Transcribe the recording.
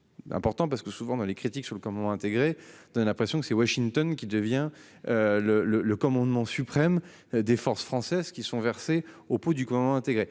forces. Important parce que souvent dans les critiques sur le commandement intégré de l'impression que c'est Washington qui devient. Le le le commandement suprême des forces françaises qui sont versées au pot du gouvernement intégré,